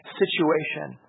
situation